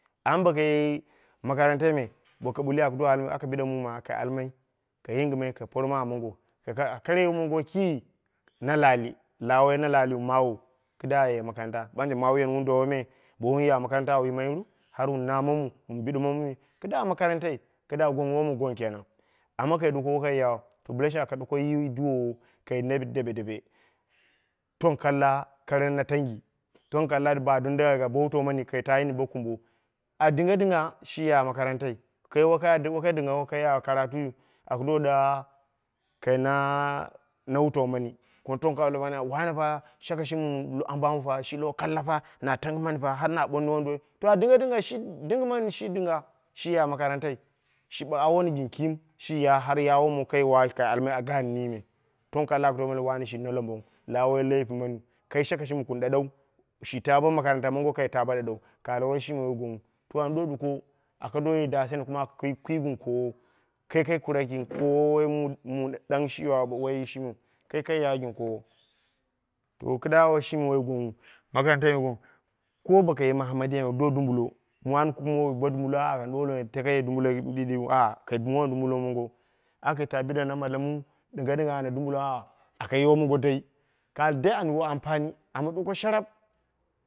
Amma boko ye makarantai me, boko ɓulli au do almoti aka bide mum kai almai, aka yingɨmai kai porma amongo kai kara ye womongo ki na laali, la woi nalaahu, kidda a ye makaranta ɓanje mawiyan wun dowa me bo wowun ya makarantau au yimairu har wun naamamu wun biɗimamu kidda makarnati, kidda gom wom gwang kenan amma kai ɗuko woi kai yau bɨla shang aka ɗukoyi duwowo ka na dabe dabe, tong kalla kara natangi, tong kalla ba doni takai bo wutau mani ta yini bo kumbo, a dingeni dinga shi ya makarantai kai woi ka ya dɨm woi kai dingok ka ya karatui aku do ɗa kai na no wutaumani kuma tong kai ɓalmai wone fa shakoli shimi mun ambo fa shi lowo kalla fa na tangɨmani far har na ɓooni wonduwoi, to a dinga dinga dingɨmani shi dinga shi ya makarnatai, shi ɓagh awoni gɨm kiim, shi ya har ya wom kai wa kai almai gaani me. Fong kalla aka ɓalmai wane shi nalom bong la woi laifi maniu, kai shaka shimi kun ɗaɗau, shi ta bomakaranta mongo kai ta bo ɗaɗau, ka ai woishim woi gwangnghu, to an do ɗuko aka do ye da nasani kuma aka kwi gɨn koowo, kai kai kura ɣin koowa woi mu mu ɗang shi yiwau woiyi shimiu kai ka ya gɨn koowo to kidda woiyi shimi woi gwang nghu. Makarantaime bo ko boko ye ma mahammadiya bo wun do dumbula, mu wani kumbu mowo bo dumbulo aka take ye dumbulo ɗiɗiu aa aka bide namallumu ɗɨnga ɗɨnga ana dumbulo aa aka ye womongo dai kai al dai an yiwo ampani amma ɗuko sharap